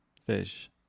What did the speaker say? fish